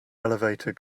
elevator